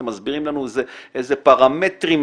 אתם מסבירים לנו איזה פרמטרים,